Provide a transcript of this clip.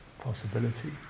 possibility